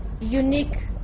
unique